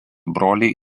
broliai